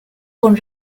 con